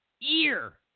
ear